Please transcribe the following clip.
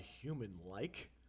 human-like